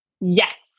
Yes